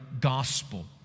gospel